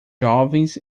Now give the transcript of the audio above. jovens